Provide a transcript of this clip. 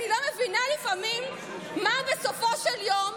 אני לא מבינה לפעמים מה בסופו של יום,